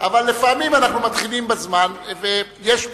אבל לפעמים אנחנו מתחילים בזמן ויש פעמים,